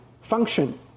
function